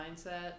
mindset